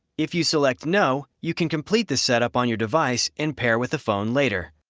if you select no, you can complete the setup on your device and pair with a phone later.